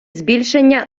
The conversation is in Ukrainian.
збільшення